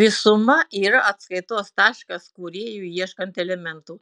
visuma yra atskaitos taškas kūrėjui ieškant elementų